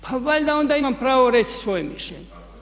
Pa valjda onda imam pravo reći svoje mišljenje.